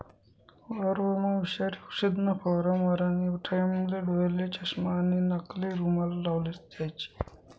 वावरमा विषारी औषधना फवारा मारानी टाईमले डोयाले चष्मा आणि नाकले रुमाल लावलेच जोईजे